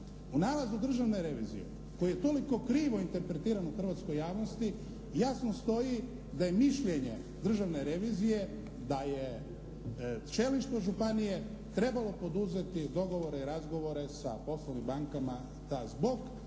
u nalazu Državne revizije koji je toliko krivo interpretiran u hrvatskoj javnosti jasno stoji da je mišljenje Državne revizije da je čelništvo županije trebalo poduzeti dogovore i razgovore sa poslovnim bankama da zbog